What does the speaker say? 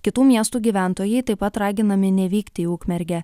kitų miestų gyventojai taip pat raginami nevykti į ukmergę